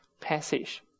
passage